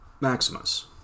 Maximus